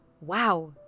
Wow